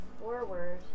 forward